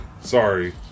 Sorry